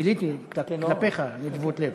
גיליתי כלפיך נדיבות לב,